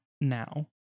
now